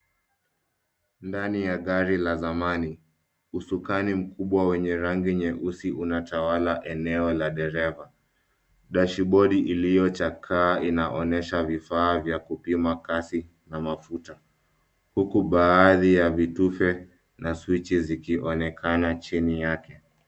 Ndani ya gari la samani usukani mkubwa wenye rangi nyeusi unatawala eneo la dereva , dashboard iliojakaa inaonyesha vifaa vya kupima kazi na mafuta, huku baadi ya vitufe na switch zikionekana jini yake.